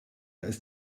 ist